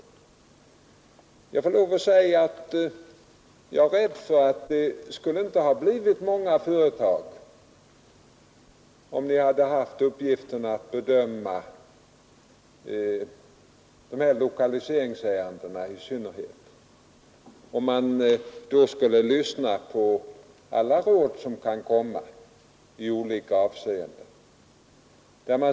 Jag är rädd för att det inte skulle ha blivit många företag om vi vid bedömningen i synnerhet av lokaliseringsärendena skulle ha lyssnat på alla goda råd som kan komma.